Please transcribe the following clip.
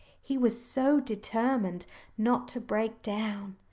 he was so determined not to break down.